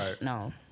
no